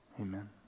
Amen